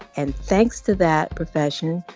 and thanks to that profession,